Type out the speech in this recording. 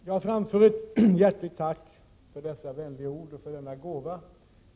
Jag framför ett hjärtligt tack för dessa vänliga ord och för denna gåva.